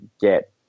get